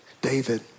David